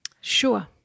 Sure